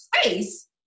space